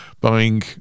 buying